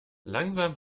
langsam